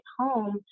home